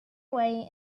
way